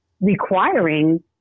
requiring